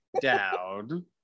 down